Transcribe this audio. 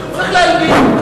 צריך להלבין.